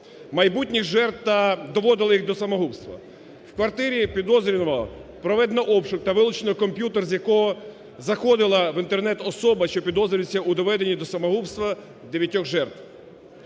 майбутніх жертв та доводила їх до самогубства. В квартирі підозрюваного проведено обшук та вилучено комп'ютер, з якого заходила в Інтернет особа, що підозрюється у доведенні до самогубства дев'ятьох